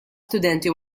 studenti